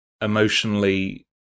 emotionally